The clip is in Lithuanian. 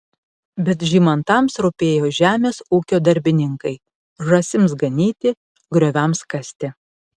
bet žymantams rūpėjo žemės ūkio darbininkai žąsims ganyti grioviams kasti